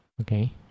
Okay